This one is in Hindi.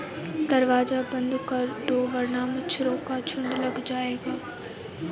दरवाज़ा बंद कर दो वरना मच्छरों का झुंड लग जाएगा